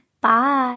Bye